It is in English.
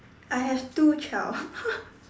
I have two twelve